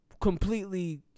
completely